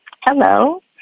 Hello